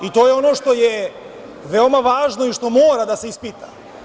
I to je ono što je veoma važno i što mora da se ispita.